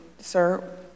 Sir